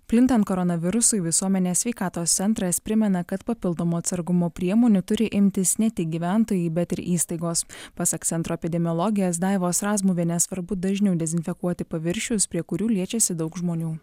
plintant koronavirusui visuomenės sveikatos centras primena kad papildomų atsargumo priemonių turi imtis ne tik gyventojai bet ir įstaigos pasak centro epidemiologės daivos razmuvienės svarbu dažniau dezinfekuoti paviršius prie kurių liečiasi daug žmonių